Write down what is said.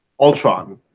Ultron